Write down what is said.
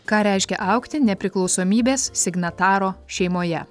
ką reiškia augti nepriklausomybės signataro šeimoje